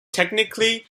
technically